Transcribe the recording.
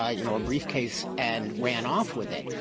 ah you know, a briefcase and ran off with it.